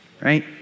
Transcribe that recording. right